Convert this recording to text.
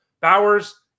Bowers